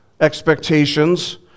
expectations